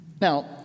Now